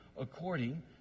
according